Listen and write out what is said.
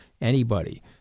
anybody-